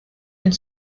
une